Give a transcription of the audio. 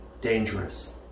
dangerous